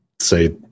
say